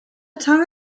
time